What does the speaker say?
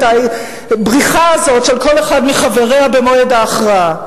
את הבריחה הזאת של כל אחד מחבריו במועד ההכרעה.